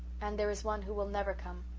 and there is one who will never come.